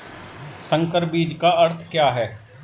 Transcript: संकर बीज का अर्थ क्या है?